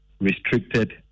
restricted